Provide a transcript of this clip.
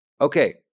Okay